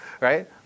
right